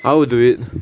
I would do it